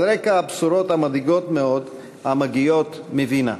רקע הבשורות המדאיגות מאוד המגיעות מווינה.